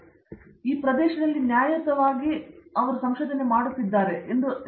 ಅರಂದಾಮ ಸಿಂಗ್ ಅದರ ಬಗ್ಗೆ ಇದು ಆ ಪ್ರದೇಶದಲ್ಲಿ ನ್ಯಾಯಯುತವಾಗಿದ್ದು ಅವರು ಸಂಶೋಧನೆ ಮಾಡುತ್ತಿದ್ದಾರೆ ಆದರೆ ಬಾಹ್ಯ ಪ್ರದೇಶಗಳಾಗಿವೆ